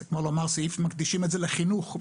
זה כמו לומר סעיף שמקדישים את זה לחינוך,